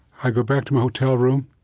i go back to my hotel room,